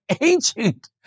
ancient